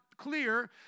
clear